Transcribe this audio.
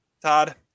Todd